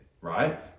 right